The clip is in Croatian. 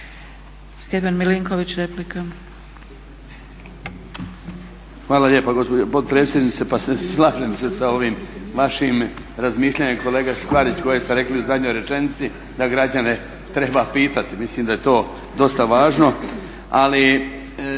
Stjepan Milinković, replika.